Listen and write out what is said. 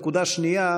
נקודה שנייה,